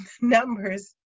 numbers